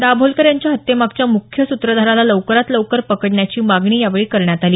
दाभोलकर यांच्या हत्येमागच्या मुख्य सूत्रधाराला लवकरात लवकर पकडण्याची मागणी यावेळी करण्यात आली